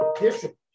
different